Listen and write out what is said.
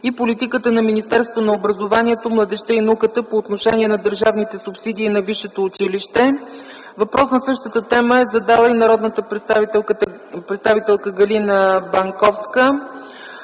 и политиката на Министерството на образованието, младежта и науката по отношение на държавните субсидии на висшето училище. Въпрос на същата тема е задала и народният представител Галина Банковска.